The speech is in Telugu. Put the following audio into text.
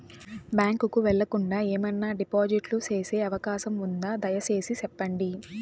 బ్యాంకు కు వెళ్లకుండా, ఏమన్నా డిపాజిట్లు సేసే అవకాశం ఉందా, దయసేసి సెప్పండి?